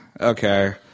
Okay